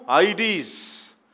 IDs